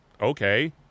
okay